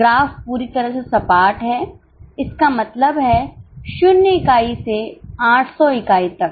graph पूरी तरह से सपाट है इसका मतलब है 0 इकाई से 800 इकाई तक